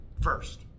first